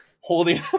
holding